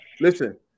Listen